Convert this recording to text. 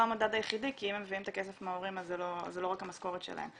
המדד היחידי כי אם הם מביאים את הכסף מההורים אז זה לא רק המשכורת שלהם.